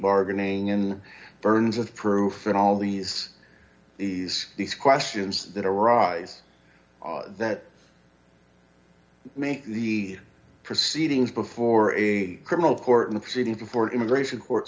bargaining in burns of proof and all these these these questions that arise that make the proceedings before a criminal court in the city before immigration court